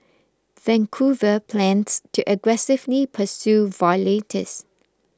Vancouver plans to aggressively pursue violators